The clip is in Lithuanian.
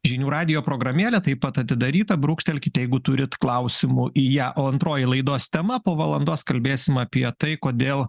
žinių radijo programėlė taip pat atidaryta brūkštelkite jeigu turit klausimų į ją o antroji laidos tema po valandos kalbėsim apie tai kodėl